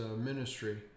ministry